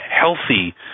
healthy